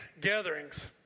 gatherings